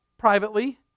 privately